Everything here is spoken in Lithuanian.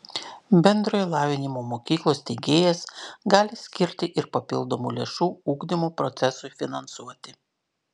bendrojo lavinimo mokyklos steigėjas gali skirti ir papildomų lėšų ugdymo procesui finansuoti